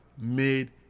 made